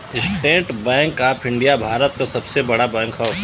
estate Bank of India Bharat क सबसे बड़ा बैंक हौ